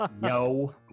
No